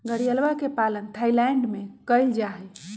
घड़ियलवा के पालन थाईलैंड में कइल जाहई